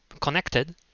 connected